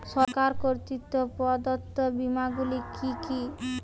সরকার কর্তৃক প্রদত্ত বিমা গুলি কি কি?